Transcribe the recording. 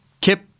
kip